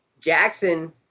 Jackson